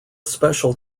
special